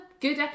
good